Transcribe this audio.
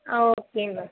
ah okay ma'am